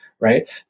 right